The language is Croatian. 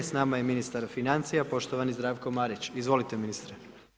S nama je ministar financija, poštovani Zdravko Marić, izvolite ministre.